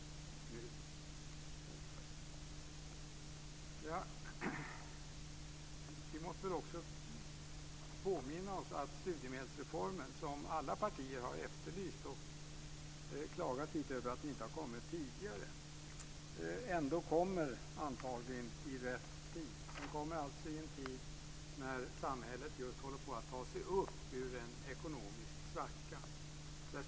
Vi måste också påminna oss att studiemedelsreformen, som alla partier har efterlyst - även om man har klagat lite över att den inte har kommit tidigare - ändå antagligen kommer i rätt tid, när samhället håller på att ta sig upp ur en ekonomisk svacka.